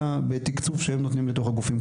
אלא בתיקצוב שהם נותנים לתוך הגופים.